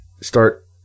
start